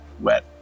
wet